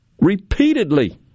repeatedly